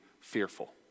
fearful